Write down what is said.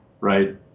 Right